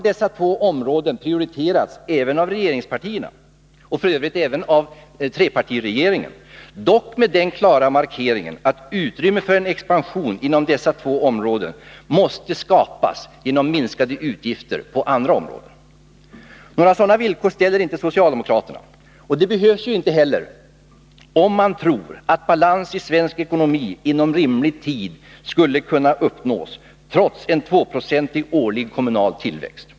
Dessa två områden har prioriterats även av regeringspartierna, f. ö. även av trepartiregeringen, dock med den klara markeringen, att utrymme för en expansion inom dessa två områden måste skapas genom minskade utgifter på andra områden. Några sådana villkor ställer inte socialdemokraterna, och det behövs ju inte heller, om man tror att balans i svensk ekonomi inom rimlig tid skulle kunna uppnås trots en 2-procentig årlig kommunal tillväxt.